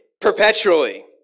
perpetually